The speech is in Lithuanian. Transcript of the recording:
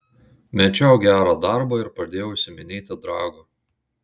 mečiau gerą darbą ir pradėjau užsiiminėti dragu